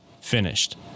finished